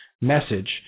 message